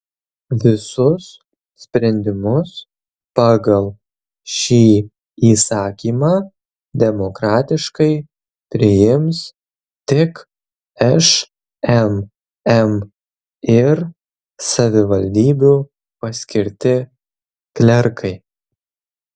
visus sprendimus pagal šį įsakymą demokratiškai priims tik šmm ir savivaldybių paskirti klerkai